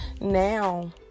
now